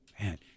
Man